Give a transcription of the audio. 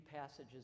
passages